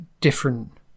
different